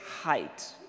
height